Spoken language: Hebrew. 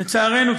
לצערנו,